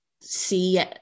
see